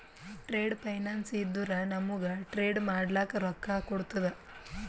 trade finance ಇದ್ದುರ ನಮೂಗ್ trade ಮಾಡ್ಲಕ ರೊಕ್ಕಾ ಕೋಡ್ತುದ